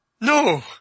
No